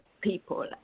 people